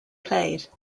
played